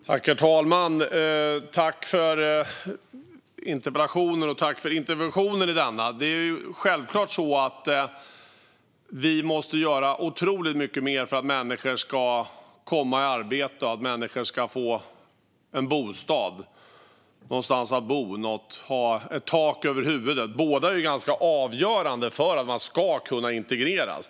Herr talman! Jag tackar för interpellationen och för interventionen i debatten. Det är självklart så att vi måste göra otroligt mycket mer för att människor ska komma i arbete och för att de ska få bostad - tak över huvudet. Båda delarna är avgörande för att man ska kunna integreras.